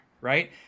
right